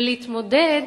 ולהתמודד